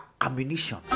ammunition